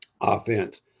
offense